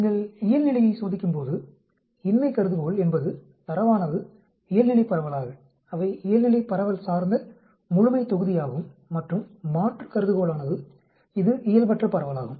நீங்கள் இயல்நிலையைச் சோதிக்கும்போது இன்மை கருதுகோள் என்பது தரவானது இயல்நிலை பரவலாக அவை இயல்நிலை பரவல் சார்ந்த முழுமைத்தொகுதியாகும் மற்றும் மாற்று கருதுகோளானது இது இயல்பற்ற பரவலாகும்